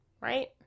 right